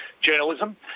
journalism